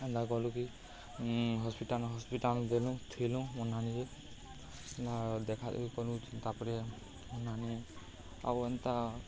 ଏନ୍ତା କଲୁ କି ହସ୍ପିଟାଲ୍ ହସ୍ପିଟାଲ୍ ଦେଲୁ ଥିଲୁ ମାନ ଦେଖା ଦେଖି କରଲୁ ତାପରେ ଆଉ ଏନ୍ତା